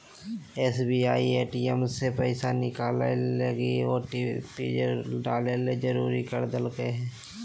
SBI ATM से पैसा निकलैय लगी ओटिपी डाले ले जरुरी कर देल कय हें